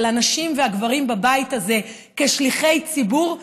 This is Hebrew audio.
של הנשים והגברים בבית הזה כשליחי ציבור,